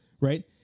right